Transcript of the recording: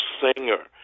singer